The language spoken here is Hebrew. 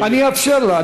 אני אאפשר לה.